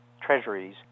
treasuries